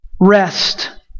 Rest